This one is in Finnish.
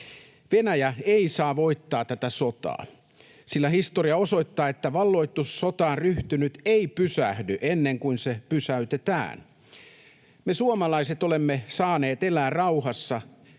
Venäjä ei saa voittaa tätä sotaa, sillä historia osoittaa, että valloitussotaan ryhtynyt ei pysähdy ennen kuin se pysäytetään. Me suomalaiset olemme saaneet elää rauhassa,